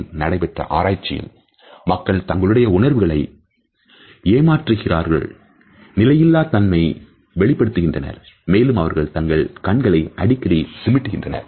2008நடைபெற்ற ஆராய்ச்சியில் மக்கள் தங்களுடைய உணர்வுகளை ஏமாற்றுகிறார்கள் நிலையில்லா தன்மை வெளிப்படுத்துகின்றன மேலும் அவர்கள் தங்கள் கண்களை அடிக்கடி சிமிட்டுகின்றனர்